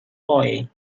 toy